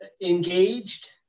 Engaged